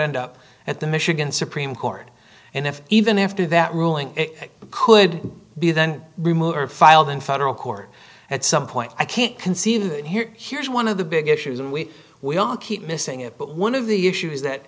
end up at the michigan supreme court and if even after that ruling it could be then removed or filed in federal court at some point i can't conceive it here here's one of the big issues and we we all keep missing it but one of the issues that